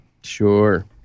Sure